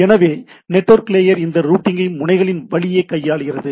எனவே network layer இந்த ரூட்டிங்கை முனைகளின் வழியே கையாளுகிறது